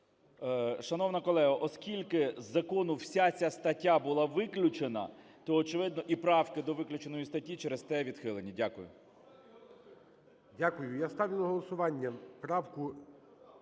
Шановна колего, оскільки з закону вся ця стаття була виключена, то, очевидно, і правки до виключеної статті, через те відхилені. Дякую.